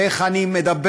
ואיך אני מדבר,